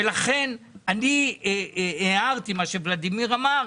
לכן הערתי על מה שוולדימיר אמר.